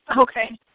Okay